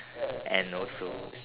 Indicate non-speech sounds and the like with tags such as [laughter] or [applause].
[breath] and also